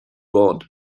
want